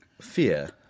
Fear